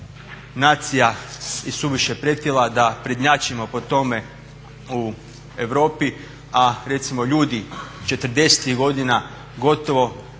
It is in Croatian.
nacija i suviše pretila, da prednjačimo po tome u Europi, a recimo ljudi 40-ih godina da